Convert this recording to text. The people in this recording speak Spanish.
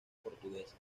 portuguesa